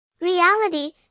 Reality